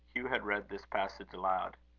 hugh had read this passage aloud.